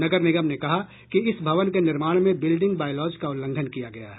नगर निगम ने कहा कि इस भवन के निर्माण में बिल्डिंग बायलॉज का उल्लंघन किया गया है